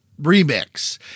remix